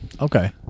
Okay